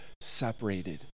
separated